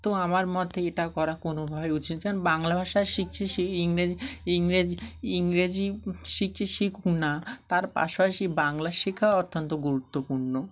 তো আমার মতে এটা করা কোনোভাবে উচিত কারন বাংলা ভাষা শিখছে সে ইংরেজি ইংরেজ ইংরেজি শিখছে শিখুক না তার পাশাপাশি বাংলা শেখাও অত্যন্ত গুরুত্বপূর্ণ